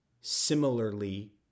similarly